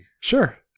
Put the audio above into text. Sure